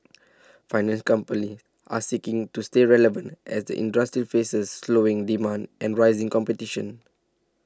finance companies are seeking to stay relevant as the industry faces slowing demand and rising competition